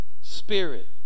spirit